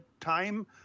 time